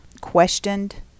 questioned